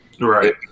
Right